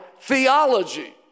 theology